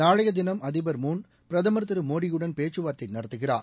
நாளைய தினம் அதிபர் மூன் பிரதமர் திரு மோடியுடன் பேச்சுவார்த்தை நடத்துகிறார்